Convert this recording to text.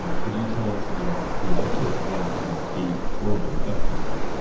ah could you tell us about the uptake of that and the horrible effects of that?